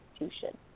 institution